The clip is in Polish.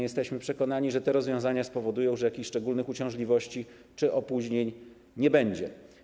Jesteśmy przekonani, że te rozwiązania spowodują, że jakichś szczególnych uciążliwości czy opóźnień nie będzie.